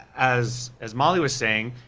as as molly was saying,